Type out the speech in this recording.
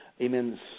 amen